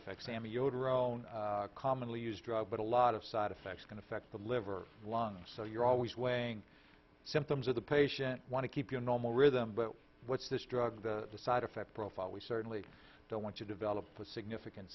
effects sam yoder own commonly used drug but a lot of side effects going to affect the liver lungs so you're always weighing symptoms or the patient want to keep your normal rhythm but what's this drug the side effect profile we certainly don't want to develop the significant